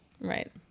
Right